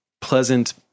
pleasant